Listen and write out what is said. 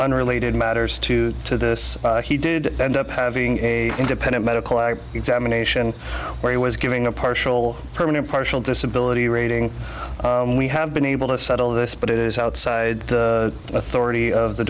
unrelated matters to this he did end up having a independent medical examination where he was giving a partial permanent partial disability rating we have been able to settle this but it is outside the authority of the